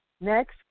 Next